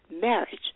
marriage